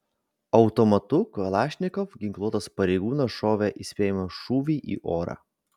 automatu kalašnikov ginkluotas pareigūnas šovė įspėjamąjį šūvį į orą